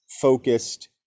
focused